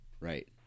Right